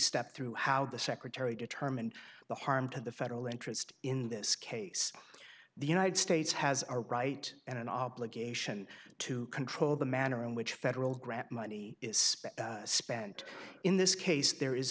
step through how the secretary determined the harm to the federal interest in this case the united states has a right and an obligation to control the manner in which federal grant money is spent spent in this case there is